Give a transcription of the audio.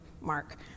Mark